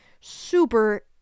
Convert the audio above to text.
super